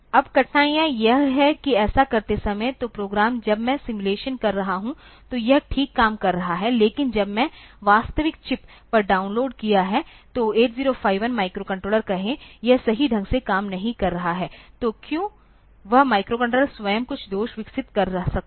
अब कठिनाई यह है कि ऐसा करते समय तो प्रोग्राम जब मैं सिमुलेशन कर रहा हूं तो यह ठीक काम कर रहा है लेकिन जब मैंने वास्तविक चिप पर डाउनलोड किया है तो 8051 माइक्रोकंट्रोलर कहे यह सही ढंग से काम नहीं कर रहा है तो क्यों वह माइक्रोकंट्रोलर स्वयं कुछ दोष विकसित कर सकता है